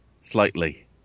slightly